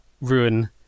ruin